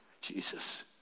Jesus